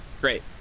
Great